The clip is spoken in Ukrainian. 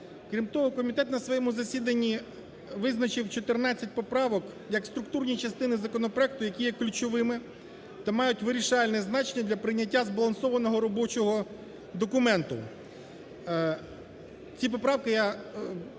Крім того, комітет на своєму засіданні визначив 14 поправок як структурні частини законопроекту, які є ключовими та мають вирішальне значення для прийняття збалансованого робочого документу. Ці поправки я